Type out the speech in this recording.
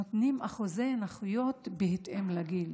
נותנים אחוזי נכויות בהתאם לגיל.